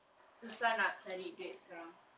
susah nak cari duit sekarang